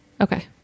Okay